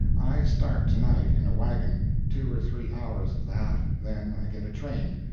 i start to-night, in a wagon two or three hours of that, then i get a train.